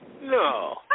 No